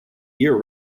year